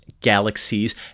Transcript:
galaxies